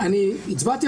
ואני מפנה,